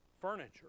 furniture